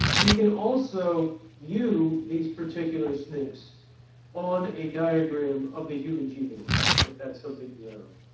we can also view these particular snps on a diagram of the human genome if that's something desirable.